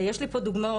יש לי פה דוגמאות,